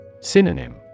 Synonym